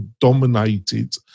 dominated